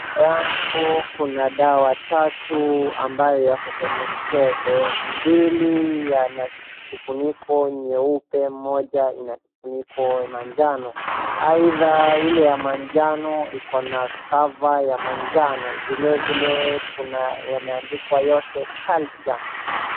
Mbele yangu kuna dawa tatu ambayo iko kwenye mkebe, mbili yana kifuniko cheupe na moja ina kifuniko manjano. Aidha ile ya manjano iko na cover ya manjano. Vilevile imeandikwa yote calcium.